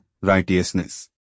Righteousness